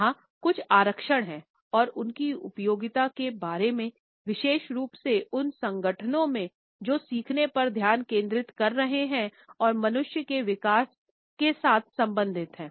यहाँ कुछ आरक्षण हैं उनकी उपयोगिता के बारे में विशेष रूप से उन संगठनों में जो सीखने पर ध्यान केंद्रित कर रहे हैं और मनुष्य के विकास के साथ संबंधित हैं